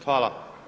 Hvala.